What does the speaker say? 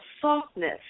softness